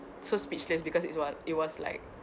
so speechless because it was it was like